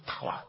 power